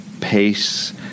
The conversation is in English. pace